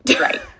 Right